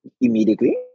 immediately